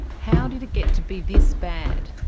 how did it get to be this bad?